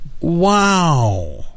Wow